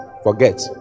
Forget